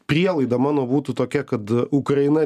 prielaida mano būtų tokia kad ukraina